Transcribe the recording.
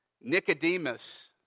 Nicodemus